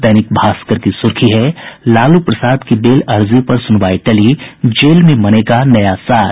दैनिक भास्कर की सुर्खी है लालू प्रसाद की बेल अर्जी पर सुनवाई टली जेल में मनेगा नया साल